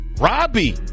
Robbie